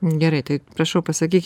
gerai tai prašau pasakyk